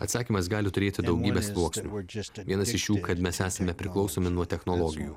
atsakymas gali turėti daugybę sluoksnių vienas iš jų kad mes esame priklausomi nuo technologijų